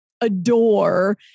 adore